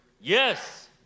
Yes